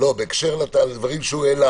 בקשר לדברים שהעלה